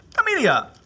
Amelia